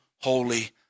holy